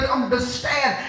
understand